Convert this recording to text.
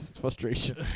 Frustration